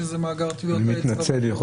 שזה מאגר טביעות האצבע ו --- אני מתנצל,